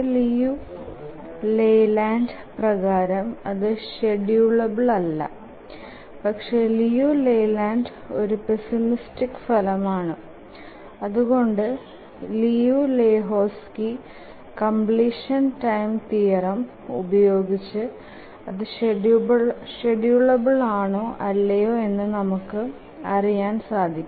Liu Layland പ്രകാരം അതു schedulable അല്ല പക്ഷെ ലിയു ലെയ്ലാൻഡ് ഒരു പെസിമിസ്റ്റിക് ഫലം ആണ് അതുകൊണ്ട് Liu Lehoczky completion time theorem ഉപയോഗിച്ച് അത് ഷ്ഡ്യൂളബിൽ ആണോ അല്ലയോ എന്നു നമുക്ക് അറിയാൻ സാധിക്കും